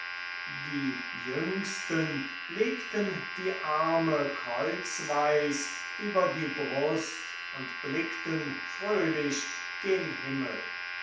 die jüngsten legten die arme kreuzweis über die brust und blickten fröhlich gen himmel